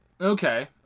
Okay